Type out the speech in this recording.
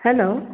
hello